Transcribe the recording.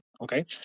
okay